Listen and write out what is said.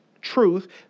truth